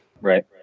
Right